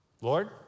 Lord